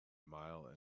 mile